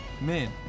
men